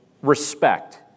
respect